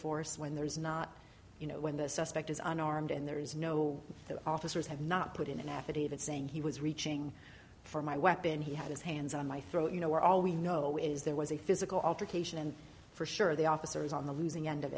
force when there is not you know when the suspect is on armed and there is no officers have not put in an affidavit saying he was reaching for my weapon he had his hands on my throat you know where all we know is there was a physical altercation and for sure the officer is on the losing end of